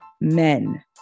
men